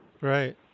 Right